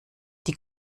die